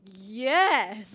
Yes